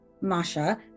Masha